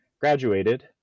graduated